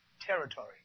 territory